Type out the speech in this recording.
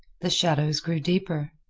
the shadows grew deeper.